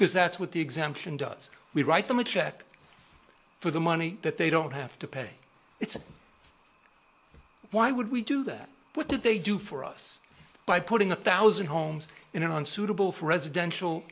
because that's what the exemption does we write them a check for the money that they don't have to pay it's why would we do that what did they do for us by putting a thousand homes in unsuitable for residential